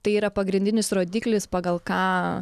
tai yra pagrindinis rodiklis pagal ką